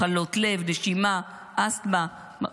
מחלות לב, נשימה, אסתמה, סוכרת,